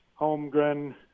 holmgren